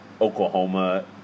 Oklahoma